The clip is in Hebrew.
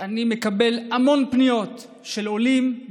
אני מקבל המון פניות של עולים,